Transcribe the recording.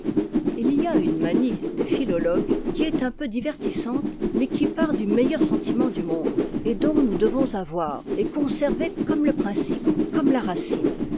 il y a une manie des philologues qui est un peu divertissante mais qui part du meilleur sentiment du monde et dont nous devons avoir et conserver comme le principe comme la racine